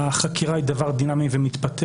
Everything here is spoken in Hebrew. החקירה היא דבר דינמי ומתפתח.